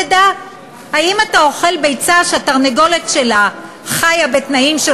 תדע אם אתה אוכל ביצה של תרנגולת שחיה בתנאים של